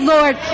Lord